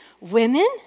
Women